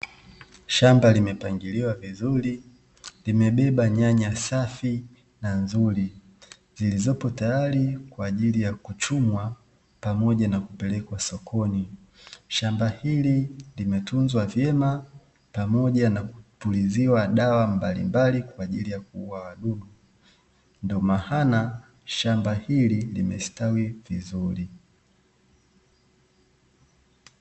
Shamba limepangiliwa vizuri limebeba nyanya safi na nzuri zilizopo tayari kwa ajili ya kuchumwa pamoja na kupelekwa sokoni, shamba hili limetunzwa vyema pamoja na kupuliziwa dawa mbalimbali kwaajili ya kuua wadudu ndio maana shamba hili limestawi vizuri.